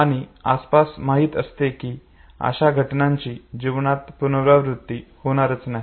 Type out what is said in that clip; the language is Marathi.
आणि आपणास माहित असते की अशा घटनांची जीवनात पुर्नरावृत्ती होणार नाही